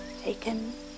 taken